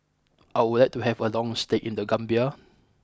I would like to have a long stay in the Gambia